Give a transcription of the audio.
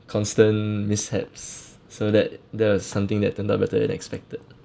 constant mishaps so that that was something that turned out better than expected